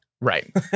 Right